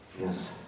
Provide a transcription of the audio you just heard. Yes